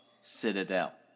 Citadel